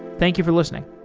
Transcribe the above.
thank you for listening